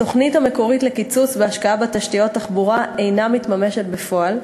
1 2. התוכנית המקורית לקיצוץ בהשקעה בתשתיות תחבורה אינה מתממשת בפועל.